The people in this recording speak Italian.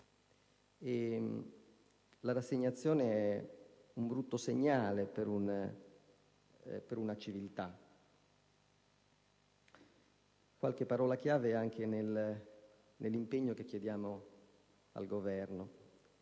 La rassegnazione è un brutto segnale per una civiltà. Qualche parola chiave anche nell'impegno che si chiede al Governo.